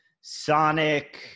Sonic